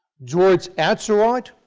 george atzerodt,